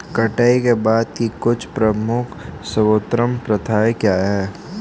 कटाई के बाद की कुछ प्रमुख सर्वोत्तम प्रथाएं क्या हैं?